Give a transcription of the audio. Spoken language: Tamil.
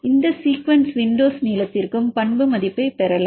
இந்த சீக்வென்ஸ் விண்டோஸ் நீளத்திற்கும் பண்பு மதிப்பைப் பெறலாம்